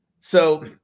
So-